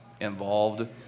Involved